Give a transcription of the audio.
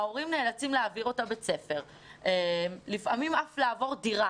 ההורים נאלצים להעביר אותה בית ספר ולפעמים אף לעבור דירה,